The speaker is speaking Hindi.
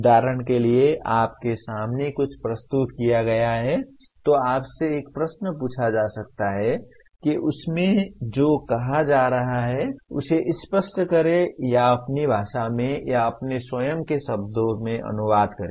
उदाहरण के लिए आपके सामने कुछ प्रस्तुत किया गया है तो आपसे एक प्रश्न पूछा जा सकता है कि उसमें जो कहा जा रहा है उसे स्पष्ट करें या अपनी भाषा में या अपने स्वयं के शब्दों में अनुवाद करें